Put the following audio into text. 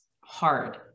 hard